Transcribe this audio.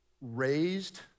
raised